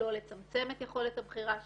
לא לצמצם את יכולת הבחירה שלהם,